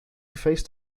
faced